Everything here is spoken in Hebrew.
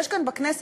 יש כאן בכנסת,